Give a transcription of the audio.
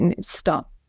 stop